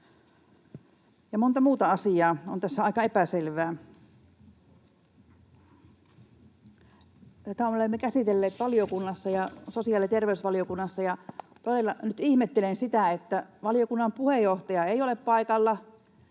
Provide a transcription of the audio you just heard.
ja moni muu asia on tässä aika epäselvä. Tätä olemme käsitelleet sosiaali- ja terveysvaliokunnassa, ja todella nyt ihmettelen sitä, että valiokunnan puheenjohtaja ei ole paikalla